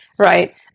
right